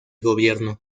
gobierno